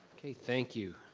okay, thank you,